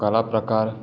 कला प्रकार